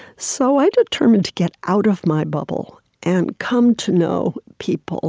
so i determined to get out of my bubble and come to know people